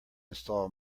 install